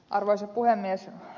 arvoisa puhemies